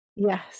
Yes